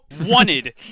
wanted